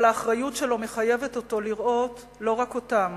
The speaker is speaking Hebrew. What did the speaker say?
אבל האחריות שלו מחייבת אותו לראות לא רק אותם